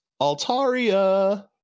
Altaria